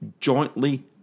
jointly